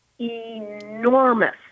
enormous